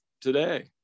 today